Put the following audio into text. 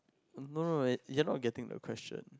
no no right you are not getting the question